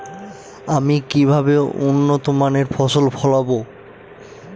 আমি কিভাবে উন্নত মানের ফসল ফলাব?